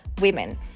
women